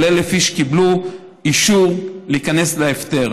אבל 1,000 איש קיבלו אישור להיכנס להפטר.